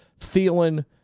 Thielen